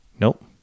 nope